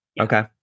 Okay